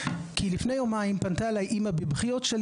כי לפני יומיים פנתה אליי אמא בבכיות,